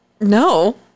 no